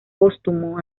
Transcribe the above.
póstumo